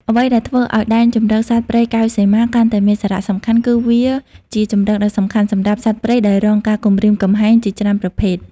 អ្វីដែលធ្វើឲ្យដែនជម្រកសត្វព្រៃកែវសីមាកាន់តែមានសារៈសំខាន់ គឺវាជាជម្រកដ៏សំខាន់សម្រាប់ សត្វព្រៃដែលរងការគំរាមកំហែង ជាច្រើនប្រភេទ។